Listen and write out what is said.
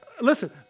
listen